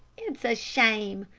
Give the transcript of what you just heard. it's a shame,